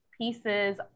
pieces